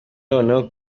noneho